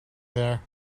there